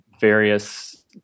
various